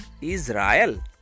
Israel